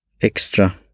extra